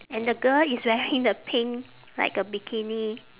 and the girl is wearing the pink like a bikini